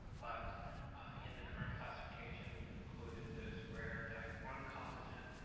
but in the current classification, we've included this rare type one collagen,